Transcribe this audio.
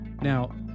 now